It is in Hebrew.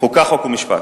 חוקה, חוק ומשפט.